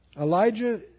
Elijah